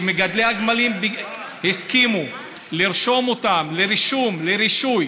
שמגדלי הגמלים הסכימו לרשום אותם לרישום,